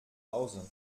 hause